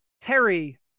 Terry